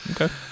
Okay